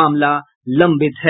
मामला लंबित है